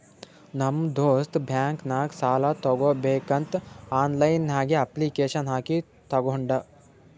ನಮ್ ದೋಸ್ತ್ ಬ್ಯಾಂಕ್ ನಾಗ್ ಸಾಲ ತಗೋಬೇಕಂತ್ ಆನ್ಲೈನ್ ನಾಗೆ ಅಪ್ಲಿಕೇಶನ್ ಹಾಕಿ ತಗೊಂಡ್